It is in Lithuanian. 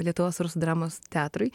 lietuvos rusų dramos teatrui